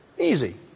Easy